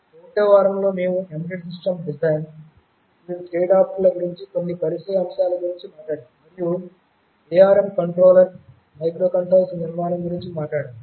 1 వ వారంలో మేము ఎంబెడెడ్ సిస్టమ్ డిజైన్ వివిధ ట్రేడ్ఆఫ్ ల గురించి కొన్ని పరిచయ అంశాల గురించి మాట్లాడాము మరియు ARM మైక్రోకంట్రోలర్ ల నిర్మాణం గురించి కూడా మాట్లాడాము